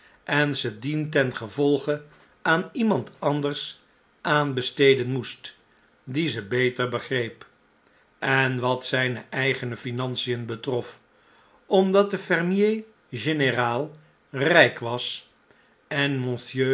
en ze dientengevolge aan iemand anders aanbesteden moest die ze beter begreep en wat zijne eigene financien betrof omdat de f e r m ie r gen er al rijk was en